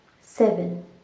seven